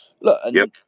Look